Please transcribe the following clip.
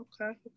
Okay